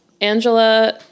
Angela